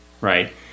right